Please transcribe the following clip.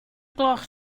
gloch